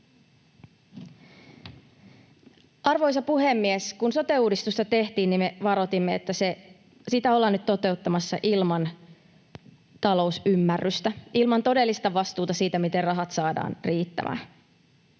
Arvoisa puhemies! Kun sote-uudistusta tehtiin, niin me varoitimme, että sitä ollaan nyt toteuttamassa ilman talousymmärrystä, ilman todellista vastuuta siitä, miten rahat saadaan riittämään.